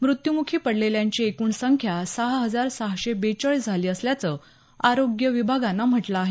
मृत्यूमुखी पडलेल्यांची एकूण संख्या सहा हजार सहाशे बेचाळीस झाली असल्याचं आरोग्य विभागानं म्हटलं आहे